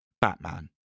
Batman